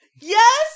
Yes